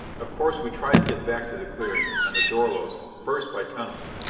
of course, we tried to get back to the clearing, and the dorlos first by tunneling.